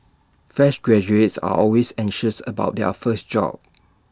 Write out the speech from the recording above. fresh graduates are always anxious about their first job